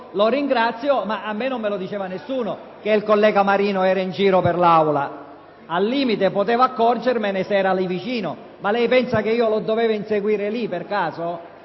la ringrazio, ma a me non lo diceva nessuno che il collega Marino era in giro per l’Aula. Al limite, potevo accorgermene se era lı vicino: ma lei, per caso, pensa che dovevo inseguirlo?